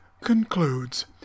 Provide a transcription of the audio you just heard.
concludes